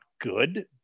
good